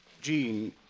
Jean